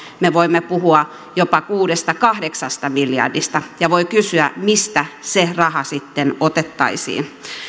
me voimme puhua jopa kuudesta viiva kahdeksasta miljardista ja voi kysyä mistä se raha sitten otettaisiin